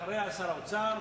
אחריה שר האוצר,